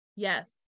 Yes